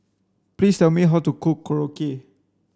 please tell me how to cook Korokke